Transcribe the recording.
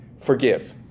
Forgive